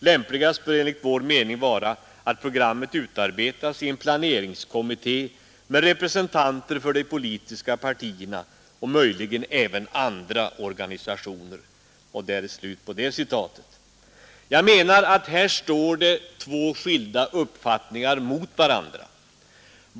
Lämpligast bör enligt vår mening vara att programmet utarbetas i en planeringskommitté med representanter för de politiska partierna och mö utredningar respektive inom Kungl. Maj:ts kansli. Hur detta arbete bäst skall organiseras och koordineras torde få ankomma på Kungl. Maj:t att ligen även andra organisationer.” Jag menar att här står två skilda uppfattningar mot varandra.